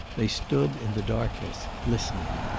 they stood in the darkness listening.